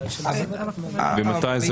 מתי זה